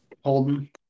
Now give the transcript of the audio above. Holden